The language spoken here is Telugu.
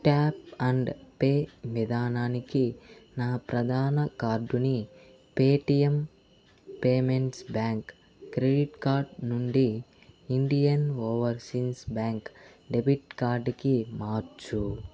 ట్యాప్ అండ్ పే విధానానికి నా ప్రధాన కార్డుని Paytm payments bank credit card నుండి ఇండియన్ ఓవర్సీస్ బ్యాంక్ డెబిట్ కార్డ్కి మార్చు